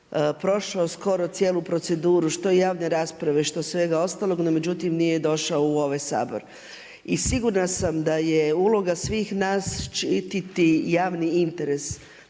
prošao skoro cijelu proceduru, što javne rasprave, što svega ostaloga, no međutim nije došao u ovaj Sabor. I sigurna sam da je uloga svih nas, štiti javni interes.